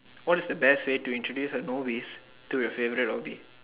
what is the best way to introduce a novice to your favorite hobby